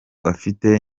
afite